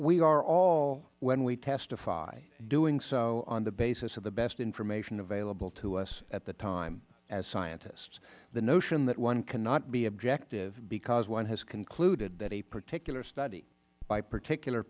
we are all when we testify doing so on the basis of the best information available to us at the time as scientists the notion that one cannot be objective because one has concluded that a particular study by particular